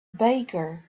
baker